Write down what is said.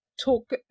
talk